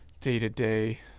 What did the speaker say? day-to-day